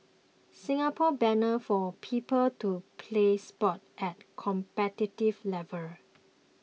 Singapore banner for people to play sports at competitive level